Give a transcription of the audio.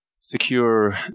secure